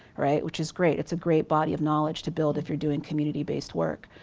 right, which is great. it's a great body of knowledge to build if you're doing community-based work.